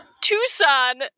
Tucson